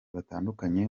batandukanye